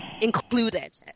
included